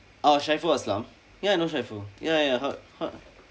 oh shaiful aslam ya I know shaiful ya ya heard heard